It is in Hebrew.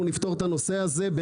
אנחנו נפתור את הנושא הזה.